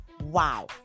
wow